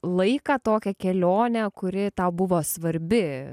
laiką tokią kelionę kuri tau buvo svarbi